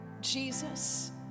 Jesus